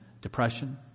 depression